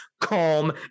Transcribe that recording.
calm